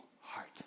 heart